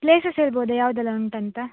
places ಹೇಳ್ಬೋದ ಯಾವುದೆಲ್ಲ ಉಂಟಂತ